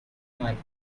might